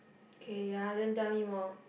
K ya then tell me more